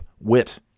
wit